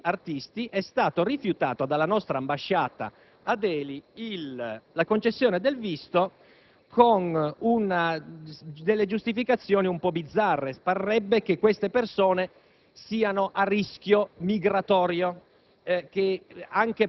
di una coproduzione cinematografica. Purtroppo, a questi artisti è stato rifiutato, dalla nostra ambasciata a Delhi, la concessione del visto con delle giustificazioni un po' bizzarre: parrebbe che queste persone